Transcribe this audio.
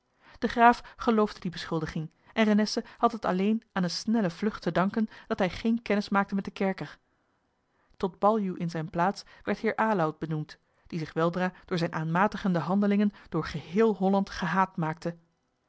de graaf geloofde die beschuldiging en renesse had het alleen aan eene snelle vlucht te danken dat hij geen kennis maakte met den kerker tot baljuw in zijne plaats werd heer aloud benoemd die zich weldra door zijne aanmatigende handelingen door geheel holland gehaat maakte